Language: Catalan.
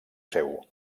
seu